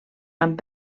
amb